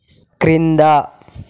క్రింద